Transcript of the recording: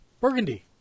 Burgundy